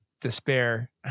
Despair